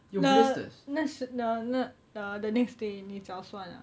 the 那时 the the uh the next day 你脚酸 ah